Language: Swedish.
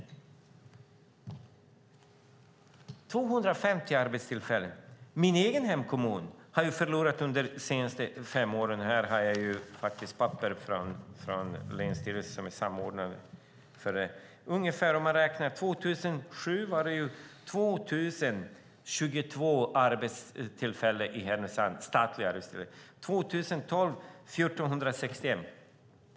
Jag har papper från länsstyrelsens samordnare här där man kan se att min egen hemkommun har förlorat 560 statliga arbetstillfällen. År 2007 var det 2 022 statliga arbetstillfällen i Härnösand. År 2012 var det 1 461.